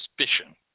suspicion